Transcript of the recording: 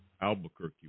Albuquerque